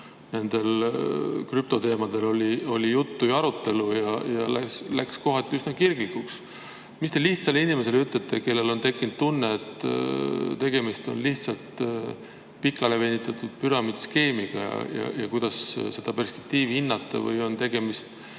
nendel krüptoteemadel ka juttu ja arutelu läks kohati üsna kirglikuks. Mida te ütlete lihtsale inimesele, kellel on tekkinud tunne, et tegemist on lihtsalt pikale venitatud püramiidskeemiga? Kuidas seda perspektiivi hinnata? Kas tegemist